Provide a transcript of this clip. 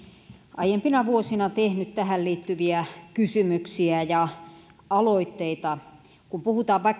aiempina vuosina tehnyt tähän liittyviä kysymyksiä ja aloitteita kun puhutaan